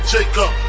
Jacob